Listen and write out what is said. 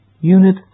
Unit